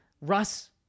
Russ